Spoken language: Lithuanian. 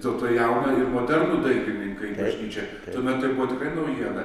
vis dėlto jaunąjį ir modernų dailininką į bažnyčią tuomet tai buvo naujiena